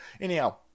Anyhow